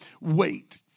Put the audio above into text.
wait